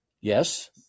Yes